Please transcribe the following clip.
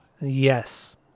Yes